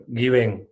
giving